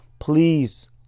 please